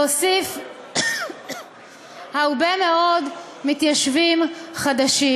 להוסיף הרבה מאוד מתיישבים חדשים.